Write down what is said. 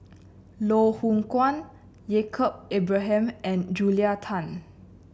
Loh Hoong Kwan Yaacob Ibrahim and Julia Tan